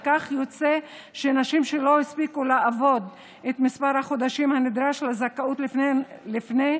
וכך יוצא שנשים שלא הספיקו לעבוד את מספר החודשים הנדרש לזכאות לפני,